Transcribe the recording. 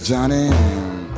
Johnny